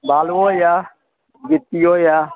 बालुओ यऽ गिट्टिओ यऽ